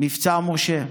מבצע משה.